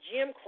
Jim